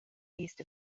east